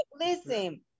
listen